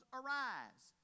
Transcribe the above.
arise